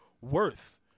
worth